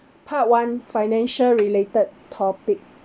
part one financial related topic